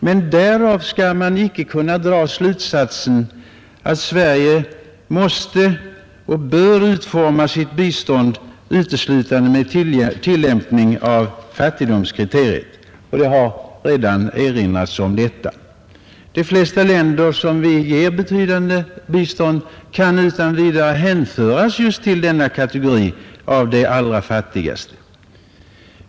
Men därav skall man icke dra slutsatsen att Sverige måste eller bör utforma sitt bistånd uteslutande med tillämpning av fattigdomskriteriet — det har redan erinrats om detta. De flesta länder som vi ger betydande bistånd kan utan vidare hänföras just till denna kategori av de allra fattigaste.